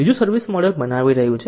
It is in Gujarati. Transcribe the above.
બીજું સર્વિસ મોડલ બનાવી રહ્યું છે